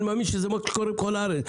ואני מאמין שזה קורה בכל הארץ.